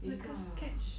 有一个